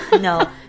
No